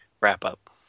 wrap-up